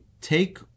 take